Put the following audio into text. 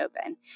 open